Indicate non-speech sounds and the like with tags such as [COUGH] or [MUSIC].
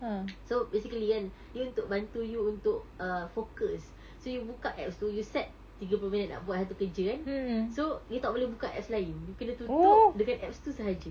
[NOISE] so basically kan dia untuk bantu you untuk err focus so you buka app you set tiga puluh minit nak buat satu kerja kan so you tak boleh buka apps lain you kena tutup dengan apps tu sahaja